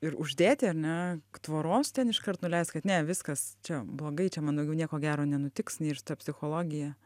ir uždėti ar ne tvoros ten iškart nuleist kad ne viskas čia blogai čia man daugiau nieko gero nenutiks nei ir su ta psichologija